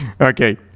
okay